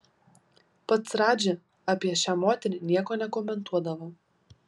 pats radži apie šią moterį nieko nekomentuodavo